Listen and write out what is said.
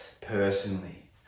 personally